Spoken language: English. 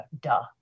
Duh